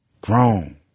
Grown